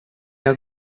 have